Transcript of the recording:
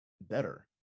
better